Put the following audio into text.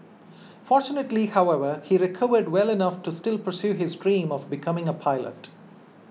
fortunately however he recovered well enough to still pursue his dream of becoming a pilot